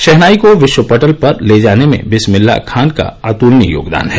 शहनाई को विश्व पटल पर ले जाने में विस्मिल्लाह खान का अत्लनीय योगदान है